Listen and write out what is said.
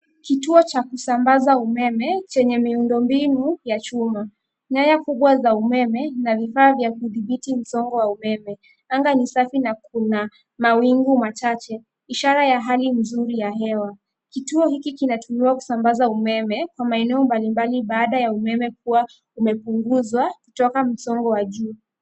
Kituo cha kusambaza umeme chenye miundombinu ya chuma, nyaya kubwa za umeme na vifaa vya kudhibiti msongo wa umeme. Anga ni safi na kuna mawingu machache, ishara ya hali nzuri ya hewa. Kituo hiki kinatumiwa kusambaza umeme kwa maeneo mbalimbali baada ya umeme kuwa umepunguza kutoka msongo wa juu.